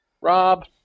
Rob